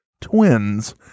twins